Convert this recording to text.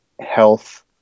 health